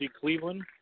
Cleveland